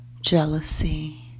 jealousy